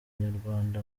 nyarwanda